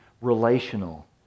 relational